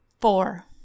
Four